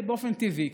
באופן טבעי,